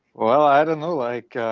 well, i don't know. like,